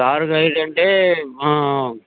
car guide అంటే ఆ